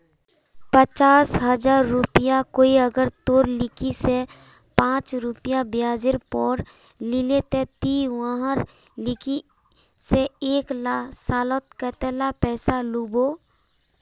पचास हजार रुपया कोई अगर तोर लिकी से पाँच रुपया ब्याजेर पोर लीले ते ती वहार लिकी से एक सालोत कतेला पैसा लुबो?